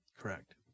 Correct